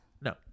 no